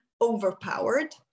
overpowered